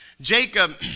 Jacob